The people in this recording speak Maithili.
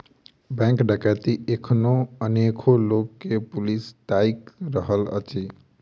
बैंक डकैती मे एखनो अनेको लोक के पुलिस ताइक रहल अछि